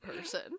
person